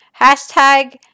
hashtag